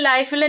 Life